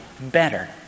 better